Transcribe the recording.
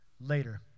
later